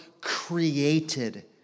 created